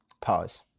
Pause